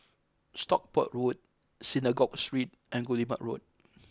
Stockport Road Synagogue Street and Guillemard Road